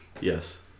Yes